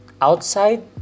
outside